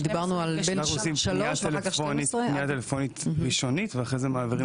אנחנו עושים פנייה טלפונית ראשונית ואחרי זה מעבירים